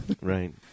Right